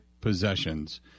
possessions